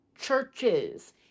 churches